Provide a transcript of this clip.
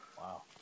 Wow